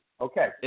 Okay